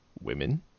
Women